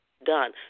Done